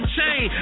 Chain